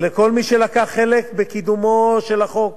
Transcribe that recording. ולכל מי שלקח חלק בקידומו של החוק,